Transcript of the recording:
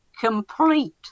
complete